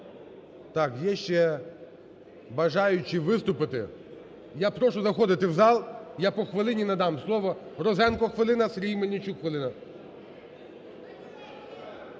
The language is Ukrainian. Так, є ще бажаючі виступити? Я прошу заходити в зал. Я по хвилині надам слово. Розенко – хвилина. Сергій Мельничук – хвилина.